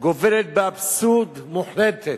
גובל באבסורד מוחלט,